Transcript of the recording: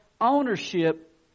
ownership